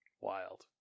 Wild